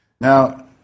Now